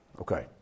Okay